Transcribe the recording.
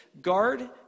Guard